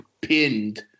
pinned